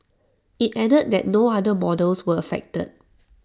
IT added that no other models were affected